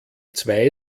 zwei